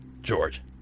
George